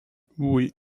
oui